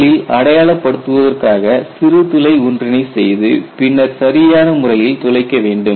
முதலில் அடையாள படுத்துவதற்காக சிறுதுளை ஒன்றினை செய்து பின்னர் சரியான முறையில் துளைக்க வேண்டும்